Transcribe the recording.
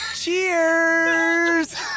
Cheers